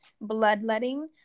bloodletting